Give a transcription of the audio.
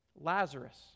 Lazarus